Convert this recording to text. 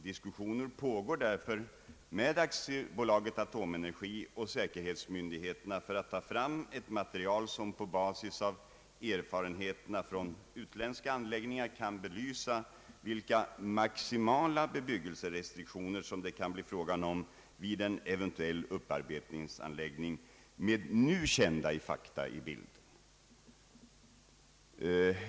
Diskussioner pågår därför med Aktiebolaget Atomenergi och säkerhetsmyndigheterna för att ta fram ett material, som på basis av erfarenheterna från utländska anläggningar kan belysa vilka maximala bebyggelserestriktioner som det kan bli fråga om i samband med en eventuell upparbetningsanläggning med nu kända fakta i bilden.